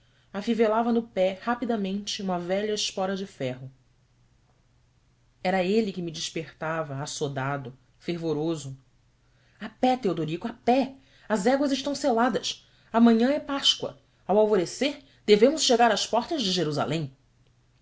afivelava no pé rapidamente uma velha espora de ferro era ele que me despertava açodado fervoroso a pé teodorico a pé as éguas estão seladas amanhã é páscoa ao alvorecer devemos chegar às portas de jerusalém